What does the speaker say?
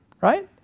right